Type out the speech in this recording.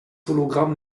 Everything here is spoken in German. hologramm